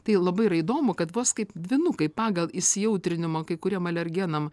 tai labai yra įdomu kad vos kaip dvynukai pagal įsijautrinimą kai kuriem alergenam